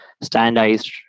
standardized